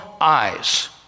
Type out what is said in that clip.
eyes